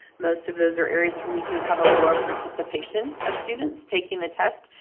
most of those are areas where we do have a lower participation of students taking the test,